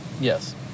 Yes